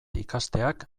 ikasteak